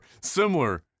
similar